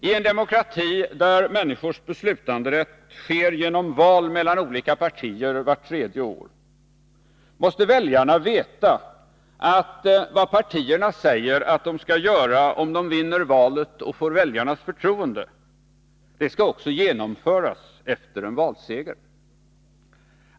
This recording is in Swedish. I en demokrati där människornas beslutanderätt sker genom val mellan olika partier vart tredje år, måste väljarna veta att vad partierna säger att de skall göra om de vinner valet och får väljarnas förtroende, det skall också genomföras efter en valseger.